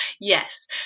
Yes